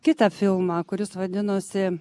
kitą filmą kuris vadinosi